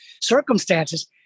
circumstances